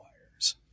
requires